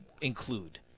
include